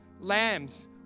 lambs